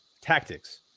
tactics